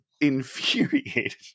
infuriated